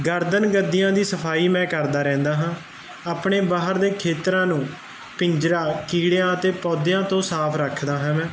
ਗਰਦਨ ਗੱਦੀਆਂ ਦੀ ਸਫਾਈ ਮੈਂ ਕਰਦਾ ਰਹਿੰਦਾ ਹਾਂ ਆਪਣੇ ਬਾਹਰ ਦੇ ਖੇਤਰਾਂ ਨੂੰ ਪਿੰਜਰਾ ਕੀੜਿਆਂ ਅਤੇ ਪੌਦਿਆਂ ਤੋਂ ਸਾਫ ਰੱਖਦਾ ਹਾਂ